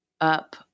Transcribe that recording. up